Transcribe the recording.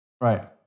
Right